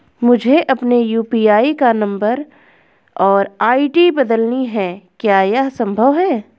मुझे अपने यु.पी.आई का नम्बर और आई.डी बदलनी है क्या यह संभव है?